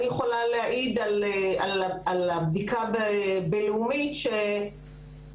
אני יכולה להעיד על הבדיקה בלאומית שעל